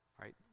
right